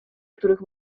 których